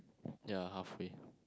ya halfway